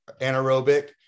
anaerobic